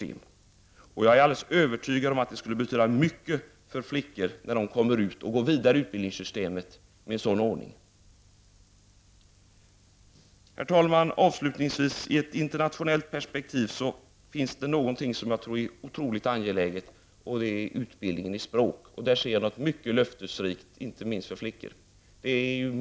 En sådan ordning skulle betyda mycket för dem när de går vidare i utbildningssystemet. Herr talman! I ett internationellt perspektiv finns det en sak som är otroligt angelägen, nämligen utbildningen i språk. Där kan jag se någonting löftelserikt, inte minst för flickor.